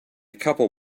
couple